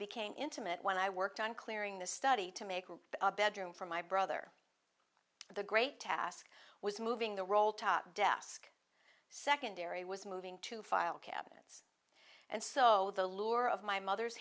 became intimate when i worked on clearing the study to make room for a bedroom for my brother the great task was moving the roll top desk secondary was moving to file cabinets and so the lure of my mother's